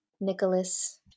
Nicholas